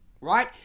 right